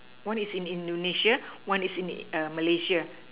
one is in Indonesia one is in Malaysia